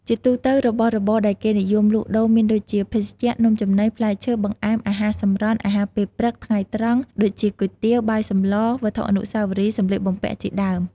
ជាទូទៅ របស់របរដែលគេនិយមលក់ដូរមានដូចជា ភេសជ្ជៈ នំចំណី ផ្លែឈើ បង្អែម អាហារសម្រន់ អាហារពេលព្រឹក ថ្ងៃត្រង់ ដូចជាគុយទាវ បាយសម្ល វត្ថុអនុស្សាវរីយ៍ សំលៀកបំពាក់ជាដើម។